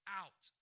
out